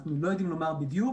אנחנו לא יודעים לומר בדיוק.